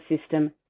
system